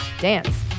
Dance